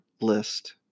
List